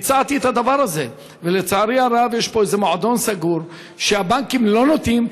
ישלם הרבה כסף בגין הנכס.